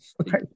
okay